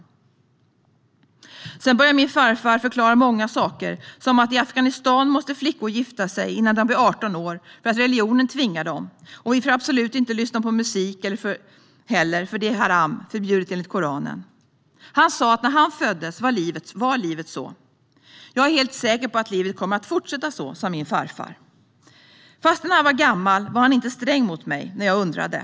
Sedan började farfar förklara många saker, som att flickor i Afghanistan måste gifta sig innan de blir arton år, för att religionen tvingar dem. Man får absolut inte lyssna på musik heller, för det är haram - förbjudet enligt Koranen. Farfar sa att livet var sådant när han föddes, och han var helt säker på att livet skulle komma att fortsätta så. Fastän han var gammal var han inte sträng mot Zakaria när han undrade.